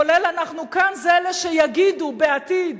כולל אנחנו כאן, זה אלה שיגידו בעתיד